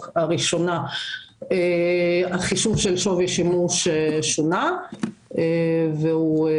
הראשונה החישוב של שווי השימוש שונה והוא